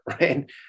right